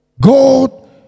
God